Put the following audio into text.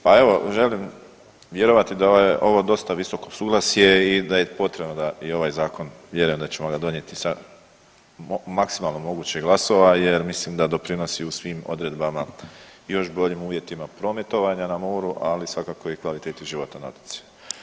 Pa evo želim vjerovati da je ovo dosta visoko suglasje i da je potrebno da i ovaj zakon vjerujem da ćemo ga donijeti sa maksimalno moguće glasova jer mislim da doprinosi u svim odredbama i još boljim uvjetima prometovanja na moru ali svakako i kvaliteti života na otocima.